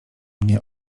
mnie